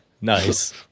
Nice